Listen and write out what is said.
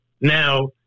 Now